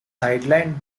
sidelined